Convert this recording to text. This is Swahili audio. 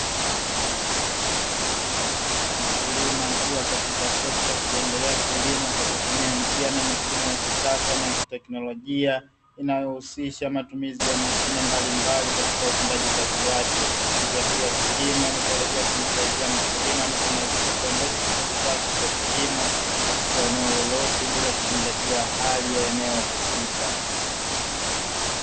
Mkulima akiwa katika trekta akiendelea kulima kwa kutumia njia na mifumo ya kisasa na teknolojia, inayohusisha matumizi ya mashine mbalimbali katika utendaji kazi wake, njia hii ya kilimo na tarajia kumsaidia mkulima na kumwezesha kuendesha shughuli zake za kilimo katika eneo lolote bila kuzingatia hali ya eneo husika.